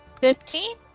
fifteen